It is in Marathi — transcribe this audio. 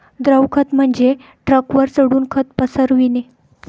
द्रव खत म्हणजे ट्रकवर चढून खत पसरविणे